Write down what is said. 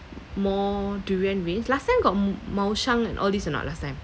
more durian raised last time got mao shan and all these or not last time